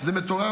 זה מטורף.